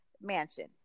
mansion